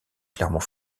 clermont